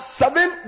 seven